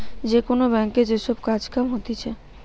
যে কোন ব্যাংকে যে সব কাজ কাম হতিছে